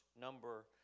number